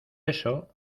eso